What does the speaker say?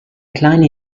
kleine